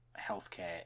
healthcare